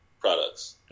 Products